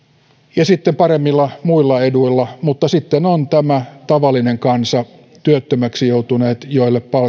ja sitten paremmilla muilla eduilla mutta sitten on tämä tavallinen kansa työttömäksi joutuneet joille